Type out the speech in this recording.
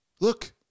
Look